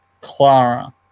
Clara